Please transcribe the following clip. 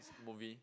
movie